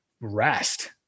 rest